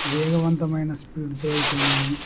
వేగవంతమైన స్పీడ్తో అయితేనేమి